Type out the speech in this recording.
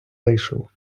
вийшов